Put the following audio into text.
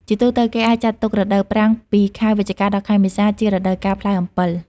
ជាទូទៅ គេអាចចាត់ទុក រដូវប្រាំងពីខែវិច្ឆិកា ដល់ខែមេសា ជារដូវកាលផ្លែអំពិល។